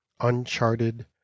uncharted